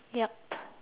yup